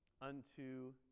unto